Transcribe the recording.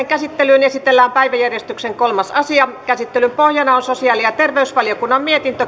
käsittelyyn esitellään päiväjärjestyksen kolmas asia käsittelyn pohjana on sosiaali ja terveysvaliokunnan mietintö